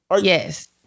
Yes